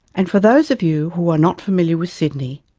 and for those of you who are not familiar with sydney,